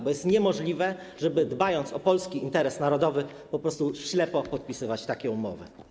Bo jest niemożliwe, żeby dbając o polski interes narodowy, po prostu ślepo podpisywać takie umowy.